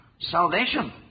salvation